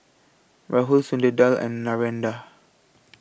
Rahul and Narendra